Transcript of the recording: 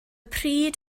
pryd